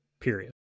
period